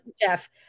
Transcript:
Jeff